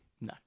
No